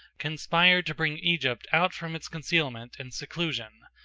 conspired to bring egypt out from its concealment and seclusion,